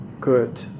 good